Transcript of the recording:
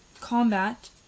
combat